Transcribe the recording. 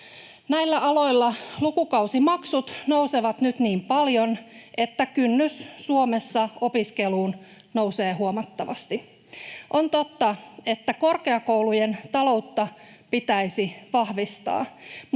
Näillä aloilla lukukausimaksut nousevat nyt niin paljon, että kynnys Suomessa opiskeluun nousee huomattavasti. On totta, että korkeakoulujen taloutta pitäisi vahvistaa,